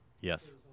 Yes